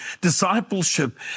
Discipleship